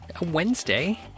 Wednesday